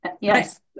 Yes